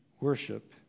worship